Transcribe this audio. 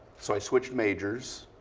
so i switched majors.